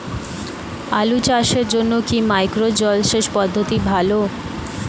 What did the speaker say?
আলু চাষের জন্য কি মাইক্রো জলসেচ পদ্ধতি ভালো?